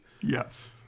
Yes